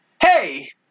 hey